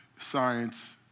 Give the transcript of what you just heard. science